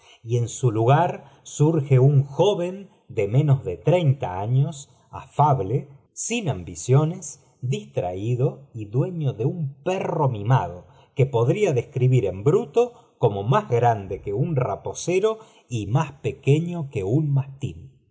y en su lugar surge un joven de menos de treinta años afable ain ambiciones distraído y dueño de un perro mimado que podría describir en bruto como más grande que un raposero y más pequeño que un mastín